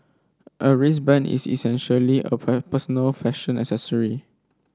a wristband is essentially a personal fashion accessory